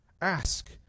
Ask